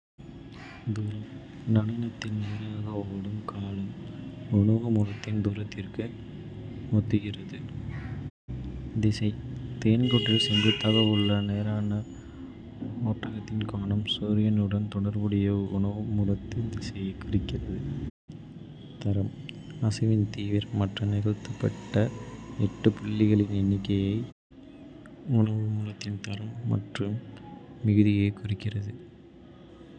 தூரம் நடனத்தில் நேராக ஓடும் காலம் உணவு மூலத்தின் தூரத்திற்கு ஒத்திருக்கிறது. திசை தேன்கூட்டில் செங்குத்தாக உள்ள நேரான ஓட்டத்தின் கோணம் சூரியனுடன் தொடர்புடைய உணவு மூலத்தின். திசையைக் குறிக்கிறது. தரம் அசைவின் தீவிரம் மற்றும் நிகழ்த்தப்பட்ட எட்டு புள்ளிவிவரங்களின் எண்ணிக்கை உணவு மூலத்தின் தரம் மற்றும் மிகுதியைக் குறிக்கிறது.